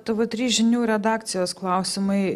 tv trys žinių redakcijos klausimai